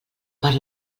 per